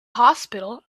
hospital